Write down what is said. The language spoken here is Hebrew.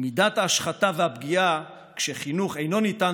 מידת ההשחתה והפגיעה כשחינוך אינו ניתן